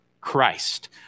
Christ